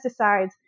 pesticides